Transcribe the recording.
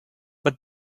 but